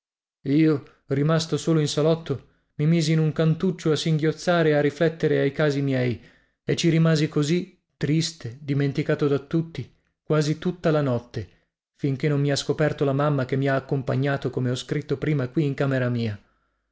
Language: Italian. io rimasto solo in salotto mi misi in un cantuccio a singhiozzare e a riflettere ai casi miei e ci rimasi così triste dimenticato da tutti quasi tutta la notte finché non mi ha scoperto la mamma che mi ha accompagnato come ho scritto prima qui in camera mia